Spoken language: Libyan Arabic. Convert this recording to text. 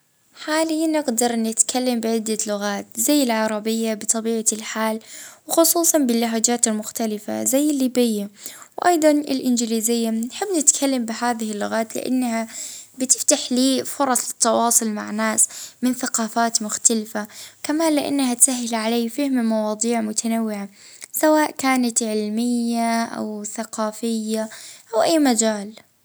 اه نحكي العربية والتونسية والإنجليزية نحبهم مع على خاطر أنهم يعاونونى في إني نتواصل مع الناس من ثقافات مختلفة اه خاصة الإنجليزية تفتح لك هلبا أبواب.